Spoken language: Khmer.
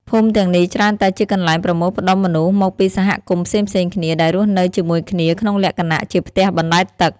ភូមិទាំងនេះច្រើនតែជាកន្លែងប្រមូលផ្ដុំមនុស្សមកពីសហគមន៍ផ្សេងៗគ្នាដែលរស់នៅជាមួយគ្នាក្នុងលក្ខណៈជាផ្ទះបណ្ដែតទឹក។